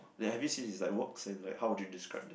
like have you seen his like works and like how would you describe them